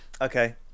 Okay